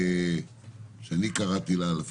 שאני קראתי לה,